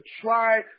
try